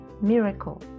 miracle